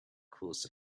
caused